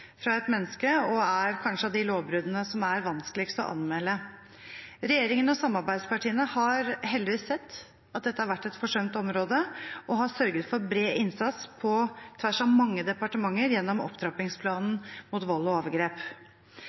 fra et menneske og er kanskje av de lovbruddene som er vanskeligst å anmelde. Regjeringen og samarbeidspartiene har heldigvis sett at dette har vært et forsømt område, og har sørget for bred innsats på tvers av mange departementer gjennom opptrappingsplanen mot vold og overgrep.